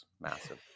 massive